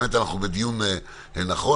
באמת אנחנו בדיון נכון.